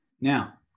Now